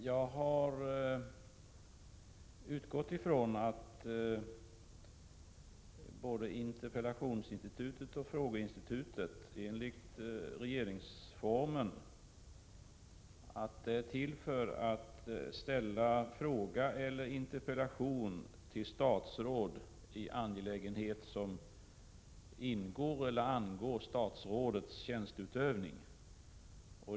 Jag har utgått från att både frågeinstitutet och interpellationsinstitutet enligt regeringsformen är till för att riksdagsledamöter skall kunna ställa en fråga eller interpellation till statsråd i angelägenhet som angår statsrådets tjänsteutövning.